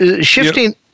Shifting